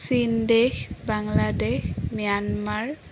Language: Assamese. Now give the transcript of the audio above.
চীনদেশ বাংলাদেশ ম্যানমাৰ